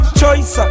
choice